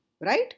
right